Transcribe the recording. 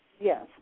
Yes